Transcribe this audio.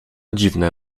dziwne